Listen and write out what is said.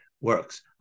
Works